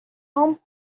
home